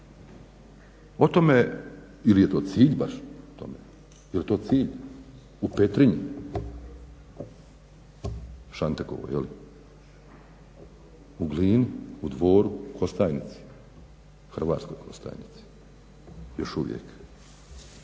O tome, ili je to cilj baš u tome? Je li to cilj? U Petrinji? U Glini, u Dvoru, Kostajnici, Hrvatskoj Kostajnici još uvijek.